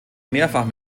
mehrfach